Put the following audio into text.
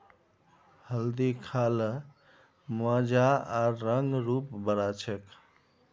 हल्दी खा ल मजा आर रंग रूप बढ़ा छेक